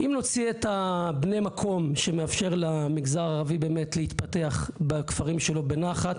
אם נוציא את בני המקום שמאפשר למגזר הערבי להתפתח בכפרים שלו בנחת